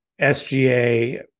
SGA